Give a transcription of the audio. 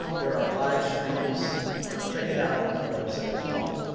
there are live streams check it out on my website as well.